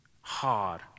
hard